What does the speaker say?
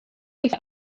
كيف